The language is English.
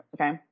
okay